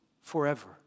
forever